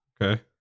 Okay